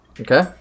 Okay